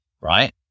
right